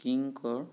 Kinkar